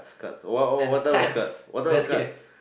cards !wow! oh oh what type of cards what type of cards